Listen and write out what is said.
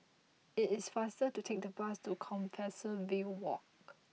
it is faster to take the bus to Compassvale Walk